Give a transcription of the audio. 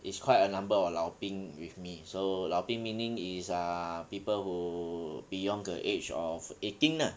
is quite a number of 老兵 with me so 老兵 meaning it's err people who beyond the age of eighteen lah